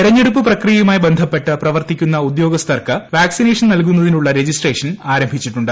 തെരഞ്ഞിട്ടൂപ്പ് പ്രക്രിയയുമായി ബന്ധപ്പെട്ട് പ്രവർത്തിക്കുന്ന ഉദ്യോക്സ്ഥർക്ക് വാക്സിനേഷൻ നൽകുന്നതി നുള്ള രജിസ്ട്രേഷൻ ആരംഭിച്ചിട്ടുണ്ട്